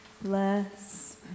bless